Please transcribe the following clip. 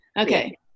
Okay